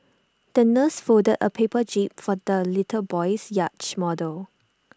the nurse folded A paper jib for the little boy's yacht model